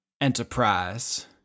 enterprise